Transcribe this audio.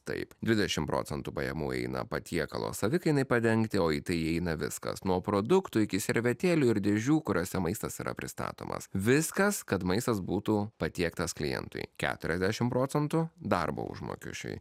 taip dvidešimt procentų pajamų eina patiekalo savikainai padengti o į tai įeina viskas nuo produktų iki servetėlių ir dėžių kuriose maistas yra pristatomas viskas kad maistas būtų patiektas klientui keturiasdešimt procentų darbo užmokesčiui